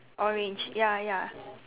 orange ya ya